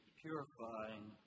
purifying